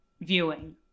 viewing